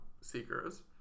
seekers